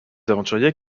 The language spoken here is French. aventuriers